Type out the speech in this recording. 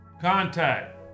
Contact